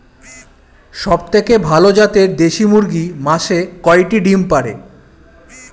সবথেকে ভালো জাতের দেশি মুরগি মাসে কয়টি ডিম পাড়ে?